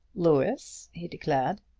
louis, he declared,